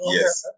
Yes